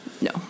No